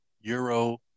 Euro